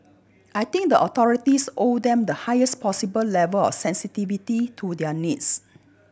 I think the authorities owe them the highest possible level of sensitivity to their needs